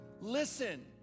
Listen